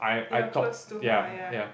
you're close to her yeah